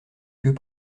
queue